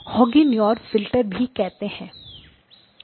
होगीनौर filter भी कहा जाता है